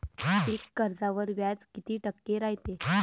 पीक कर्जावर व्याज किती टक्के रायते?